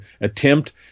attempt